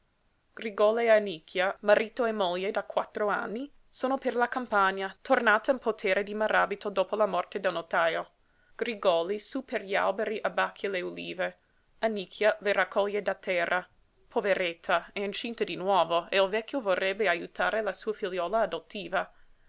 grigòli e annicchia marito e moglie da quattro anni sono per la campagna tornata in potere di maràbito dopo la morte del notajo grigòli sú per gli alberi abbacchia le ulive annicchia le raccoglie da terra poveretta è incinta di nuovo e il vecchio vorrebbe ajutare la sua figliuola adottiva